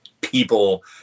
people